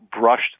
brushed